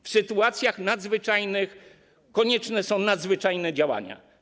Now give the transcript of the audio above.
W sytuacjach nadzwyczajnych konieczne są nadzwyczajne działania.